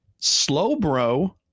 Slowbro